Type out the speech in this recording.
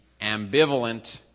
ambivalent